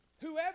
Whoever